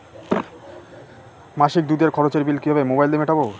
মাসিক দুধের খরচের বিল কিভাবে মোবাইল দিয়ে মেটাব?